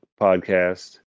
Podcast